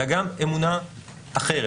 אלא גם אמונה אחרת,